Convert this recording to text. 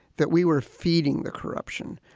that we were feeding the corruption,